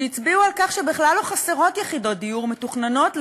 שהצביעו על כך שבכלל לא חסרות יחידות דיור מתוכננות,